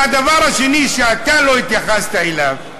והדבר השני, שאתה לא התייחסת אליו: